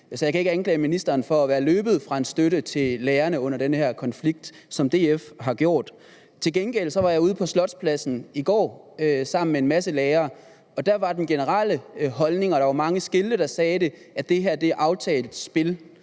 så jeg kan ikke anklage ministeren for at være løbet fra en støtte til lærerne under den her konflikt, som DF har gjort. Til gengæld var jeg ude på Slotspladsen i går sammen med en masse lærere, og der var den generelle holdning, og der var mange skilte, der sagde det, at det her er aftalt spil